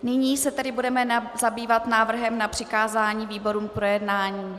Nyní se tedy budeme zabývat návrhem na přikázání výborům k projednání.